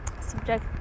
subject